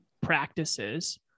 practices